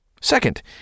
Second